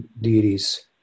deities